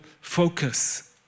focus